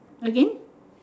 again